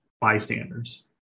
bystanders